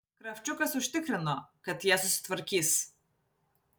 kravčiukas užtikrino kad jie susitvarkys